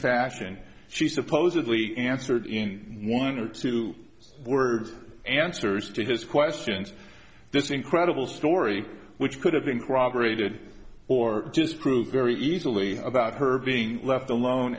fashion she supposedly answered in one or two word answers to his questions this incredible story which could have been corroborated or just proved very easily about her being left alone